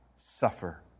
suffer